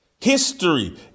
History